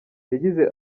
yagize